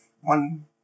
one